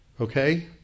okay